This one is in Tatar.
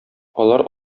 алар